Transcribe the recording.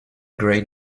grey